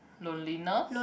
loneliness